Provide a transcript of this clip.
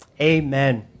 Amen